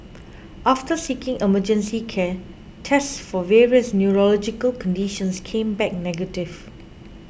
after seeking emergency care tests for various neurological conditions came back negative